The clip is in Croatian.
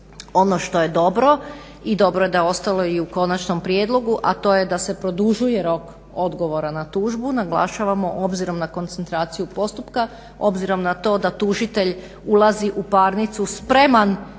Ono što je dobro i dobro je da je ostalo i u konačnom prijedlogu, a to je da se produžuje rok odgovora na tužbu. Naglašavamo obzirom na koncentraciju postupka, obzirom na to da tužitelj ulazi u parnicu spreman